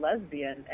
lesbian